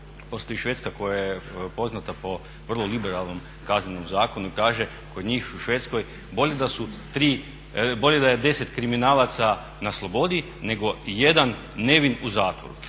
postoji Švedska koja je poznata po vrlo liberalnom Kaznenom zakonu i kaže kod njih u Švedskoj bolje da je deset kriminalaca na slobodi, nego jedan nevin u zatvoru.